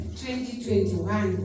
2021